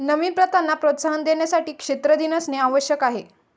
नवीन प्रथांना प्रोत्साहन देण्यासाठी क्षेत्र दिन असणे आवश्यक आहे